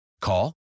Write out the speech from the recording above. Call